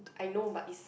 I know but it's